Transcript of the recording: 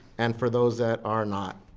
and for those that are not.